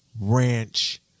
ranch